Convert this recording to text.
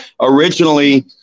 originally